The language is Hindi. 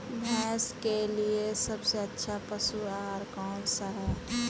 भैंस के लिए सबसे अच्छा पशु आहार कौनसा है?